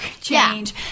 change